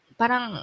parang